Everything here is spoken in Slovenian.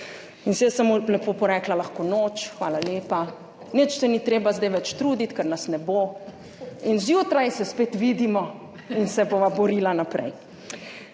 In jaz sem mu lepo rekla lahko noč, hvala lepa, nič se ni treba zdaj več truditi, ker nas ne bo, in zjutraj se spet vidimo in se bova borila naprej.